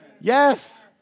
Yes